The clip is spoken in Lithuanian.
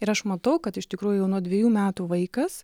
ir aš matau kad iš tikrųjų jau nuo dvejų metų vaikas